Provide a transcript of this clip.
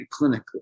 clinically